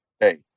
hey